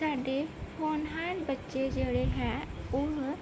ਸਾਡੇ ਹੋਣਹਾਰ ਬੱਚੇ ਜਿਹੜੇ ਹੈ ਉਹ